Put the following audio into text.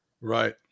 Right